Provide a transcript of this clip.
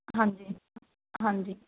ਹਾਂਜੀ ਹਾਂਜੀ